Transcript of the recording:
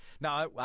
Now